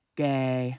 gay